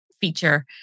feature